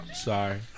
Sorry